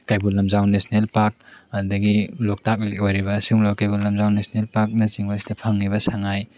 ꯀꯩꯕꯨꯜ Lamjao national park ꯑꯗꯒꯤ ꯂꯣꯛꯇꯥꯛ ꯂꯦꯛ ꯑꯣꯏꯔꯤꯕ ꯑꯁꯤꯒꯨꯝꯂꯕ ꯀꯩꯕꯨꯜ ꯂꯝꯖꯥꯎ ꯅꯦꯁꯅꯦꯜ ꯄꯥꯔꯛꯅ ꯆꯤꯡꯕ ꯑꯁꯤꯗ ꯐꯪꯂꯤꯕ ꯁꯉꯥꯏ